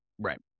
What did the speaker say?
Right